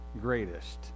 greatest